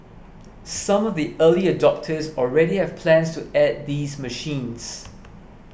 some of the early adopters already have plans to add these machines